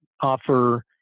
Offer